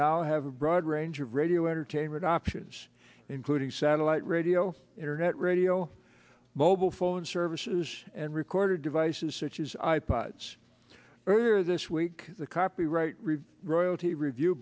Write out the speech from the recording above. now have a broad range of radio entertainment options including satellite radio internet radio mobile phone services and recorded devices such as i pods earlier this week the copyright review royalty review